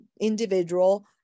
individual